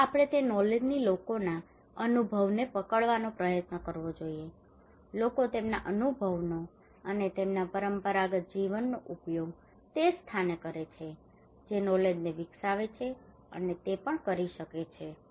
તેથી આપણે તે નોલેજથી લોકોના અનુભવને પકડવાનો પ્રયત્ન કરવો જોઈએ લોકો તેમના અનુભવનો અને તેમના પરંપરાગત જીવનનો ઉપયોગ તે જ સ્થાન સાથે કરે છે જે નોલેજને વિકસાવે છે અને તે પણ કરી શકે છે